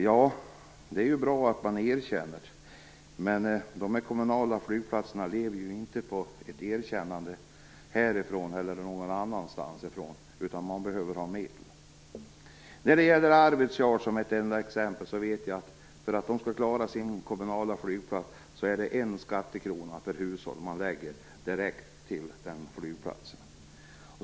Ja, det är ju bra att man erkänner, men de kommunala flygplatserna lever inte på något erkännande härifrån eller någon annanstans ifrån, utan man behöver ha medel. När det gäller Arvidsjaur, som ett enda exempel, vet jag att man för att man skall klara sin kommunala flygplats lägger en skattekrona per hushåll direkt till denna flygplats.